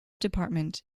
department